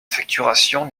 facturation